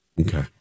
Okay